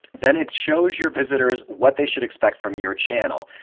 then it shows your visitors what they should expect from your channel,